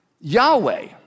Yahweh